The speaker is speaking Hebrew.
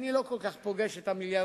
אני לא כל כך פוגש את המיליארדרים,